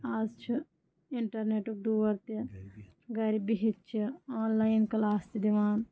اَز چھِ اِنٹَرنٮ۪ٹُک دور تہِ گرِ بِہِتھ چھِ آن لایِن کَلاس تہِ دِوان